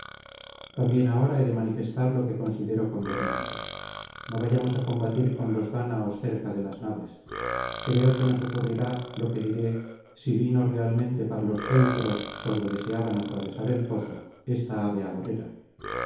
también ahora he de manifestar lo que considero conveniente no vayamos á combatir con los dáñaos cerca de las naves creo que nos ocurrirá lo que diré si vino realmente para los teucros cuando deseaban atravesar el foso esta ave agorera